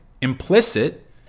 implicit